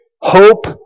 Hope